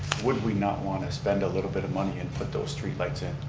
would we not want to spend a little bit of money and put those three lights in.